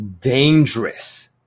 dangerous